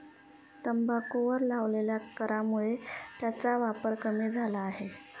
तंबाखूवर लावलेल्या करामुळे त्याचा वापर कमी झाला आहे